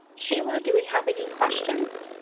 sheila, do we have any questions?